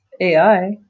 AI